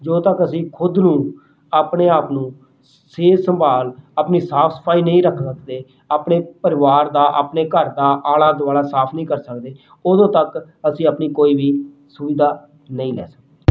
ਜਦੋਂ ਤੱਕ ਅਸੀਂ ਖੁਦ ਨੂੰ ਆਪਣੇ ਆਪ ਨੂੰ ਸਿਹਤ ਸੰਭਾਲ ਆਪਣੀ ਸਾਫ਼ ਸਫਾਈ ਨਹੀਂ ਰੱਖ ਸਕਦੇ ਆਪਣੇ ਪਰਿਵਾਰ ਦਾ ਆਪਣੇ ਘਰ ਦਾ ਆਲਾ ਦੁਆਲਾ ਸਾਫ਼ ਨਹੀਂ ਕਰ ਸਕਦੇ ਉਦੋਂ ਤੱਕ ਅਸੀਂ ਆਪਣੀ ਕੋਈ ਵੀ ਸੁਵਿਧਾ ਨਹੀਂ ਲੈ ਸਕਦੇ